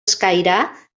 escairar